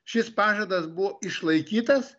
šis pažadas buvo išlaikytas